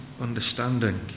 understanding